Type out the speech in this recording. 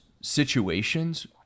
situations